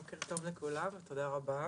בוקר טוב לכולם, תודה רבה.